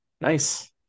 nice